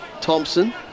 Thompson